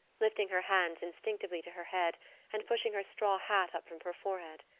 lifting her hands instinctively to her head and pushing her straw hat up from her forehead.